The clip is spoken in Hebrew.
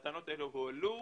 הטענות האלו הועלו,